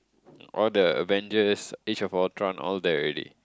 all the Avengers Age of Ultron all there already